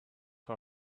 her